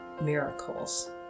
miracles